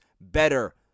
better